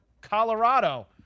Colorado